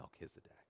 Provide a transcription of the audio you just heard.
Melchizedek